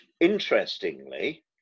interestingly